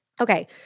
Okay